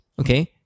Okay